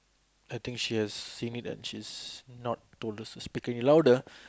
I think she has seen it and she's not told us to speaking louder